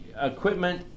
Equipment